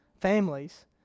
families